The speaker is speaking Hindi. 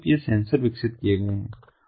भूकंपीय सेंसर विकसित किए गए हैं